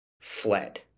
fled